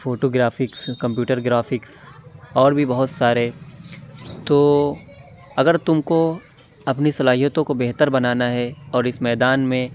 photo graphics computer graphics اور بھی بہت سارے تو اگر تم کو اپنی صلاحیتوں کو بہتر بنانا ہے اور اِس میدان میں